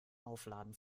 aufladen